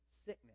sickness